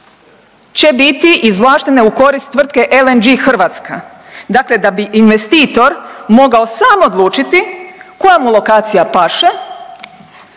će biti izvlaštene u korist tvrtke LNG-e Hrvatska. Dakle, da bi investitor mogao sam odlučiti koja mu lokacija paše